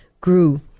grew